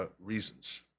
reasons